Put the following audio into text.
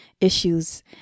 issues